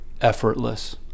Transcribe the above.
effortless